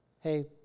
hey